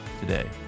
today